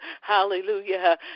hallelujah